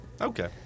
Okay